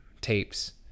tapes